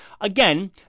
Again